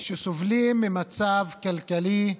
שסובלים ממצב כלכלי קשה,